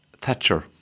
thatcher